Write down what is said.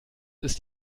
ist